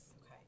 Okay